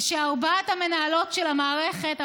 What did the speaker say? שארבע המנהלות של המערכת,